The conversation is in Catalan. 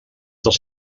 dels